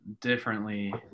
differently